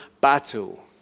battle